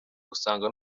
usanga